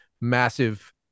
massive